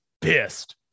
pissed